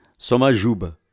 Somajuba